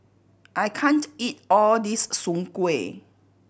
I can't eat all this soon kway